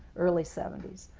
early seventy s,